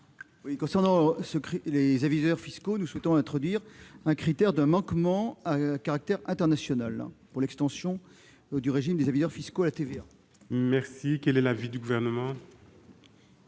Concernant les aviseurs fiscaux, nous souhaitons introduire un critère de manquement à caractère international, pour l'extension du régime des aviseurs fiscaux à des problématiques de TVA. Quel est l'avis du Gouvernement ?